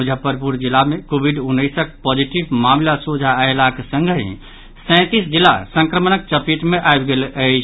मुजफ्फरपुर जिला मे कोविड उन्नैसक पॉजिटिव मामिला सोझा अयलाक संगहि सैंतीस जिला संक्रमणक चपेट मे आबि गेल अछि